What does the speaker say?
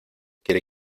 quiere